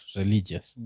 religious